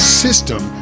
system